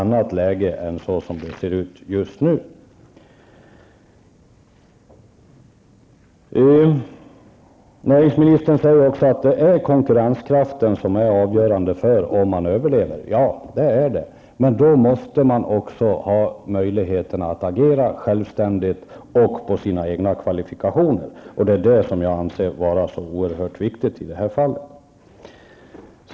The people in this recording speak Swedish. Näringsministern säger att konkurrensförmågan är avgörande för företagens överlevnad. Ja, det är den. Men då måste företagen också ges möjligheter att agera självständigt och på basis av egna kvalifikationer. Det anser jag vara oerhört viktigt i detta fall.